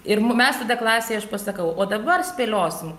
ir mes tada klasėje aš pasakau o dabar spėliosim